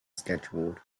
scheduled